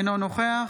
אינו נוכח